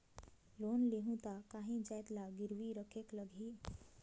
Loan लेहूं ता काहीं जाएत ला गिरवी रखेक लगही?